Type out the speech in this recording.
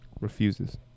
Refuses